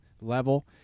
level